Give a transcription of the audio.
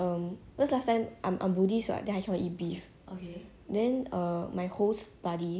um because last time I'm a buddhist [what] then I cannot eat beef okay then err my host buddy